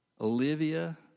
Olivia